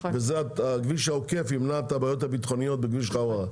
והכביש העוקף ימנע את הבעיות הביטחוניות בכביש חווארה.